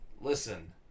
listen